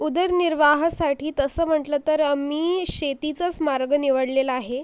उदरनिर्वाहासाठी तसं म्हटलं तर मी शेतीचाच मार्ग निवडलेला आहे